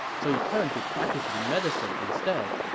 so he turned to practicing medicine instead.